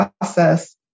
process